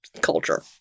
culture